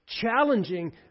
challenging